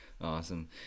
awesome